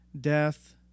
death